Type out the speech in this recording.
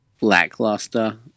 lackluster